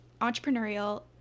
entrepreneurial